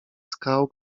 skał